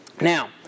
Now